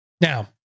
Now